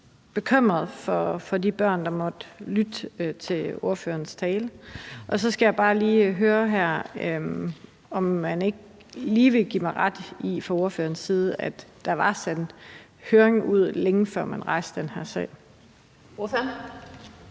bekymret for de børn, der måtte lytte til ordførerens tale. Så skal jeg bare lige høre, om man ikke lige fra ordførerens side vil give mig ret i, at der var sendt en høring ud, længe før man rejste den her sag. Kl.